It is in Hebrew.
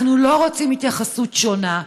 אנחנו לא רוצים התייחסות שונה.